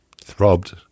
Throbbed